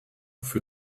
für